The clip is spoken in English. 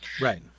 Right